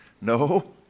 No